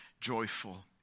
joyful